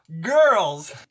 Girls